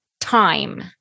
time